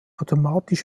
automatisch